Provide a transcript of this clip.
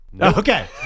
Okay